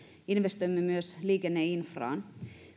investoimme myös liikenneinfraan